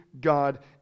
God